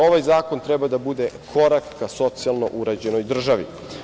Ovaj zakon treba da bude korak ka socijalno uređenoj državi.